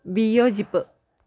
വിയോജിപ്പ്